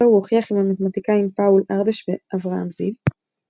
אותו הוא הוכיח עם המתמטיקאים פאול ארדש ואברהם זיו.